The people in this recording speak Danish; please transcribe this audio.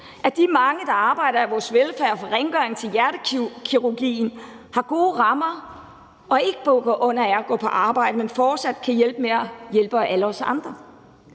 at de mange, der arbejder i vores velfærd, fra rengøring til hjertekirurgi, har gode rammer og ikke bukker under af at gå på arbejde, men fortsat kan hjælpe med at hjælpe alle os andre.